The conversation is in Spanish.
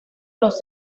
los